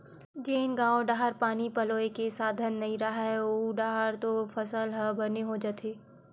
जेन गाँव डाहर पानी पलोए के साधन नइय रहय ओऊ डाहर तो फसल ह बने हो जाथे